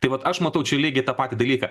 tai vat aš matau čia lygiai tą patį dalyką